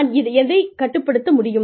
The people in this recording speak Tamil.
நான் எதைக் கட்டுப்படுத்த முடியும்